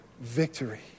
victory